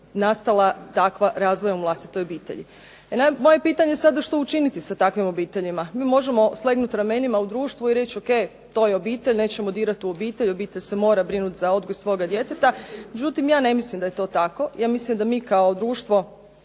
nastala takva razvojem u vlastitoj obitelji. Moje pitanje je sada što učiniti sa takvim obiteljima, mi možemo slegnuti ramenima u društvu i reći to je obitelj nećemo dirati u obitelj, obitelj se mora brinuti za odgoj svoga djeteta. Međutim, ja ne mislim da je to tako, ja mislim da mi kao društvo